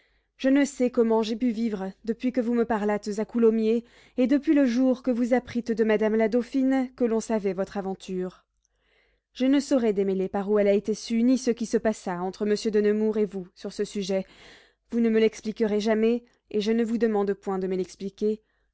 je ne sais comment j'ai pu vivre depuis que vous me parlâtes à coulommiers et depuis le jour que vous apprîtes de madame la dauphine que l'on savait votre aventure je ne saurais démêler par où elle a été sue ni ce qui se passa entre monsieur de nemours et vous sur ce sujet vous ne me l'expliquerez jamais et je ne vous demande point de me l'expliquer